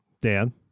Dan